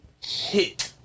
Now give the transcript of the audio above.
hit